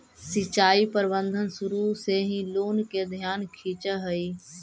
सिंचाई प्रबंधन शुरू से ही लोग के ध्यान खींचऽ हइ